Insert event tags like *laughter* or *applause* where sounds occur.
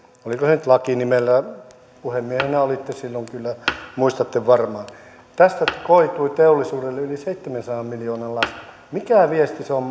oliko se nyt laki nimellä puhemiehenä olitte silloin kyllä muistatte varmaan tästä koitui teollisuudelle yli seitsemänsadan miljoonan lasku mikä viesti se on *unintelligible*